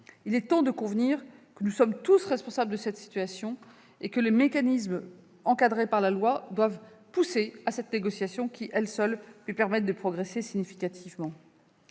Il est temps de convenir que nous sommes tous responsables de cette situation. Les mécanismes prévus par la loi doivent pousser à la négociation de branche qui, elle seule, nous permettra de progresser significativement.